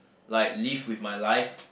like live with my life